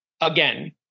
again